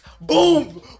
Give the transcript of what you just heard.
Boom